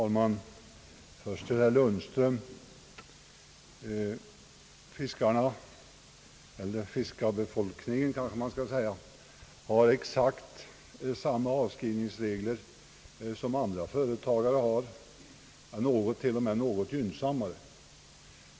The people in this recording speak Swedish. Herr talman! Till herr Lundström vill jag säga, att fiskarbefolkningen har exakt samma avskrivningsregler som andra företagare har, kanske till och med något gynnsammare.